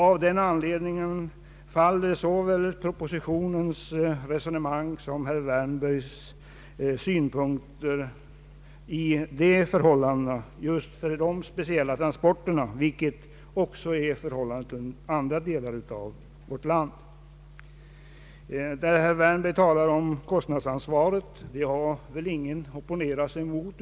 Av den anledningen faller såväl propositionens resonemang som herr Wärnbergs synpunkter vad gäller just transportstödets inverkan. Förhållandet kan vara detsamma även i andra delar av vårt land. Herr Wärnberg talar vidare om en rättvis fördelning av kostnadsansvaret.